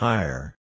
Higher